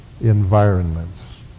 environments